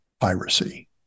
piracy